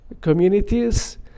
communities